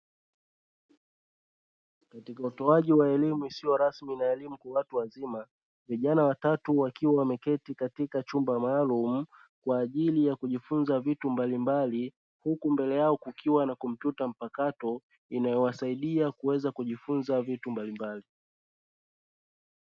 Katika utoaji wa elimu isiyo rasmi na elimu ya watu wazima, vijana watatu wakiwa wameketi katika chumba maalumu kwa ajili ya kujifunza vitu mbalimbali, huku mbele yao kukiwa na kompyuta mpakato kwa ajili ya kujifunza vitu mbalimbali.